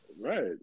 Right